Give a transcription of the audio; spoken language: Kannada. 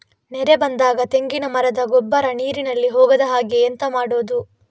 ನೆರೆ ಬಂದಾಗ ತೆಂಗಿನ ಮರದ ಗೊಬ್ಬರ ನೀರಿನಲ್ಲಿ ಹೋಗದ ಹಾಗೆ ಎಂತ ಮಾಡೋದು?